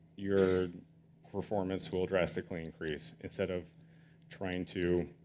your performance will drastically increase, instead of trying to